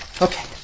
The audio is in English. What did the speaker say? Okay